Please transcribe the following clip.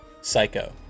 Psycho